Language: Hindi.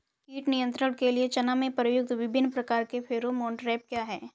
कीट नियंत्रण के लिए चना में प्रयुक्त विभिन्न प्रकार के फेरोमोन ट्रैप क्या है?